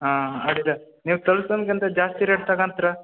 ಹಾಂ ಅಡ್ಡಿಲ್ಲ ನೀವು ತಲ್ಪ್ಸೋಕೆ ಎಂತ ಜಾಸ್ತಿ ರೇಟ್ ತಕೊಂತ್ರ